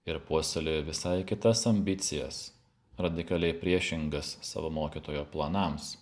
ir puoselėjo visai kitas ambicijas radikaliai priešingas savo mokytojo planams